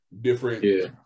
different